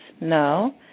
No